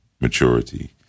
maturity